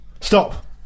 Stop